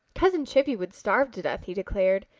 cousin chippy would starve to death, he declared.